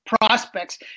prospects